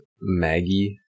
Maggie